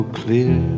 clear